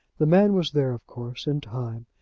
the man was there, of course, in time,